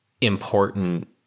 important